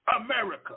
America